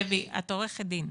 דבי, את עורכת דין,